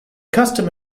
custom